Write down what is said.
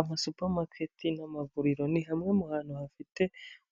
Amasupamaketi n'amavuriro, ni hamwe mu hantu hafite